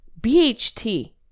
BHT